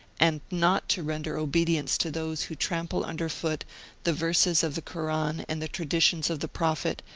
and not to render obedience to those who trample under foot the verses of the koran and the traditions of the prophet,